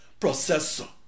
processor